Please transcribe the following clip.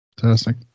Fantastic